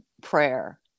prayer